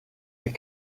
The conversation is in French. est